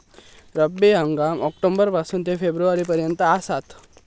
रब्बी हंगाम ऑक्टोबर पासून ते फेब्रुवारी पर्यंत आसात